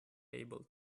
able